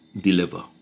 deliver